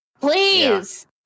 Please